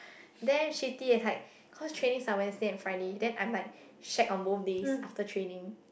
damn shitty is like cause training are Wednesdays and Fridays then I'm like shag on both days after training